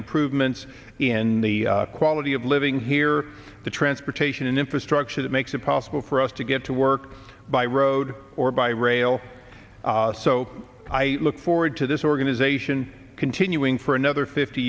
improvements in the quality of living here the transportation infrastructure that makes it possible for us to get to work by road or by rail so i look forward to this organization continuing for another fifty